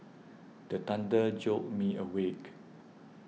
the thunder jolt me awake